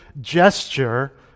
gesture